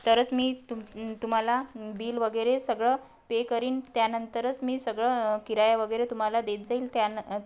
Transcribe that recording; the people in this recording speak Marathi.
तरच मी तुम तुम्हाला बिल वगैरे सगळं पे करीन त्यानंतरच मी सगळं किराया वगैरे तुम्हाला देत जाईल त्यान